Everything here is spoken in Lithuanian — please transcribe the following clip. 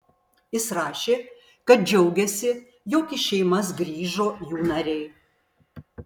jis rašė kad džiaugiasi jog į šeimas grįžo jų nariai